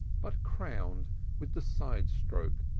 but crowned with the side-stroke,